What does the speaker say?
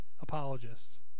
apologists